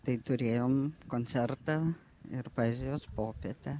tai turėjom koncertą ir poezijos popietę